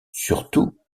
surtout